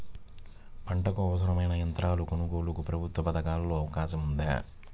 పంటకు అవసరమైన యంత్రాల కొనగోలుకు ప్రభుత్వ పథకాలలో అవకాశం ఉందా?